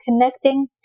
connecting